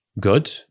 good